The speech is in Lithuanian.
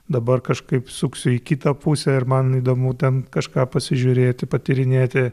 dabar kažkaip suksiu į kitą pusę ir man įdomu ten kažką pasižiūrėti patyrinėti